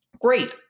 great